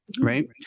right